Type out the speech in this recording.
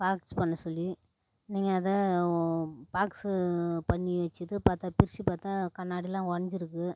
box பண்ண சொல்லி நீங்கள் அதை பாக்ஸு பண்ணி வச்சது பார்த்தா பிரிச்சு பார்த்தா கண்ணாடி எல்லாம் உடஞ்சிருக்கு